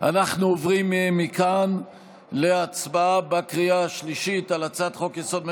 אנחנו עוברים מכאן להצבעה בקריאה השלישית על הצעת חוק-יסוד: